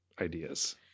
ideas